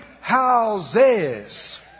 houses